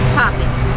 topics